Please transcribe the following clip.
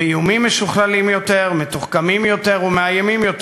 וזוהי הסיבה לייחודה של ישיבה זו וללקחים הנלמדים מהרצח הנורא.